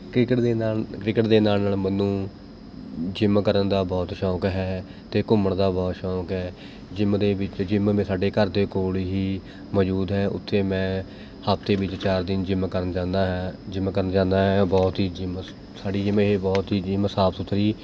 cricket ਦੇ ਨਾਲ਼ cricket ਦੇ ਨਾਲ਼ ਨਾਲ਼ ਮੈਨੂੰ ਜਿੰਮ ਕਰਨ ਦਾ ਬਹੁਤ ਸ਼ੌਂਕ ਹੈ ਅਤੇ ਘੁੰਮਣ ਦਾ ਬਹੁਤ ਸ਼ੌਂਕ ਹੈ ਜਿੰਮ ਦੇ ਵਿੱਚ ਜਿੰਮ ਮੈਂ ਸਾਡੇ ਘਰ ਦੇ ਕੋਲ਼ ਹੀ ਮੌਜੂਦ ਹੈ ਉੱਥੇ ਮੈਂ ਹਫਤੇ ਵਿੱਚ ਚਾਰ ਦਿਨ ਜਿੰਮ ਕਰਨ ਜਾਂਦਾ ਹਾਂ ਜਿੰਮ ਕਰਨ ਜਾਂਦਾ ਹਾਂ ਬਹੁਤ ਹੀ ਜਿੰਮ ਸਾਡੀ ਜਿਵੇਂ ਇਹ ਬਹੁਤ ਹੀ ਜਿੰਮ ਸਾਫ਼ ਸੁਥਰੀ